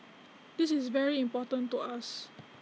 this is very important to us